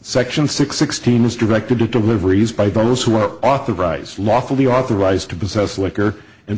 section six sixteen is directed to the liveries by those who are authorized lawfully authorized to possess liquor and